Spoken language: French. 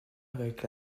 avec